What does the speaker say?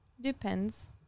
depends